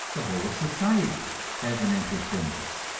the whole of society has an interest in this,